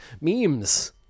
memes